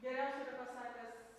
geriausia yra pasakęs